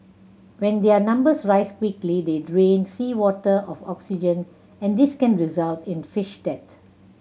when their numbers rise quickly they drain seawater of oxygen and this can result in fish death